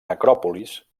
necròpolis